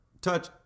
touch